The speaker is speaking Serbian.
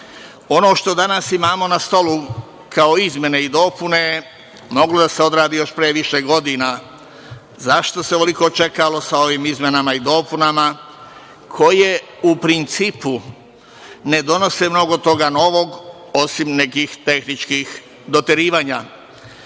što danas imamo na stolu kao izmene i dopune moglo je da se odradi još pre više godina. Zašto se ovoliko čekalo sa ovim izmenama i dopunama, koje u principu ne donose mnogo toga novog osim nekih tehničkih doterivanja. Prisutna